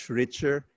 richer